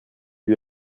lui